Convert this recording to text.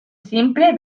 simple